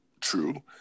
true